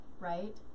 Right